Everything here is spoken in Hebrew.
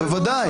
בוודאי.